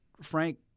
Frank